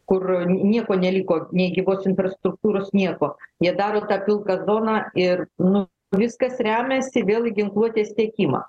kur nieko neliko nei gyvos infrastruktūros nieko jie daro tą pilką zoną ir nu viskas remiasi vėl į ginkluotės tiekimą